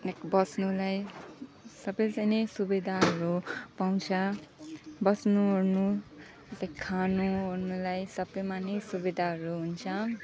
like बस्नुलाई सबैले नै सुविधाहरू पाउँछ बस्नु ओर्नु खानु ओर्नुलाई सबैमा नै सुविधाहरू हुन्छ